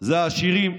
זה העשירים,